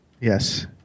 Yes